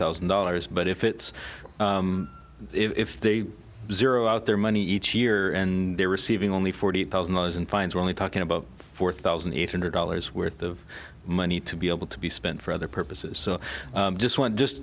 thousand dollars but if it's if they zeroed out their money each year and they're receiving only forty eight thousand dollars in fines we're only talking about four thousand eight hundred dollars worth of money to be able to be spent for other purposes so just one just